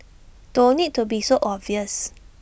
don't need to be so obvious